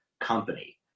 company